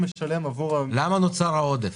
למה נוצר העודף?